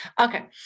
Okay